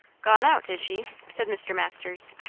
gone out, is she? said mr. masters,